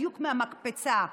בדיוק מהמקפצה.